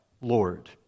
Lord